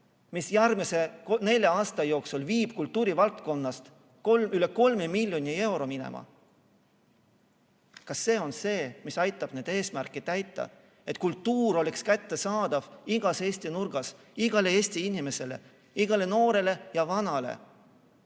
mis järgmise nelja aasta jooksul viib kultuurivaldkonnast üle kolme miljoni euro minema. Kas see on see, mis aitab neid eesmärke täita, et kultuur oleks kättesaadav igas Eesti nurgas igale Eesti inimesele, igale noorele ja vanale,